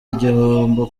igihombo